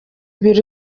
biro